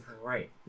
Right